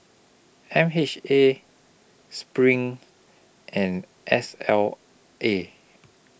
M H A SPRING and S L A